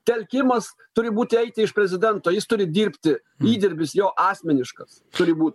telkimas turi būti eiti iš prezidento jis turi dirbti įdirbis jo asmeniškas turi būt